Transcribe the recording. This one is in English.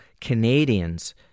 Canadians